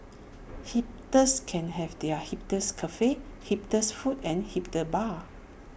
hipsters can have their hipsters cafes hipsters foods and hipster bars